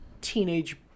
teenage